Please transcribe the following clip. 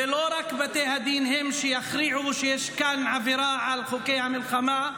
ולא רק בתי הדין הם שיכריעו שיש כאן עבירה על חוקי המלחמה,